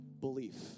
belief